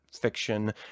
fiction